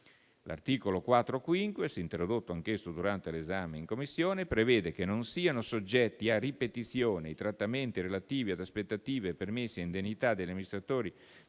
L'articolo 4-*quinques*, introdotto anch'esso durante l'esame in Commissione, prevede che non siano soggetti a ripetizione i trattamenti relativi ad aspettative, permessi ed indennità degli amministratori